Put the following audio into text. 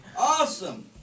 Awesome